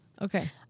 Okay